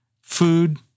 Food